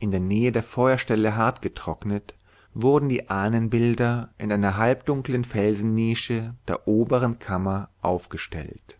in der nähe der feuerstelle hartgetrocknet wurden die ahnenbilder in einer halbdunklen felsennische der oberen kammer aufgestellt